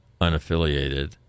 unaffiliated